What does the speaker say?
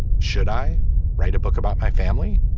should i write a book about my family.